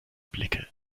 blicke